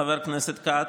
חבר הכנסת כץ,